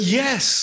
yes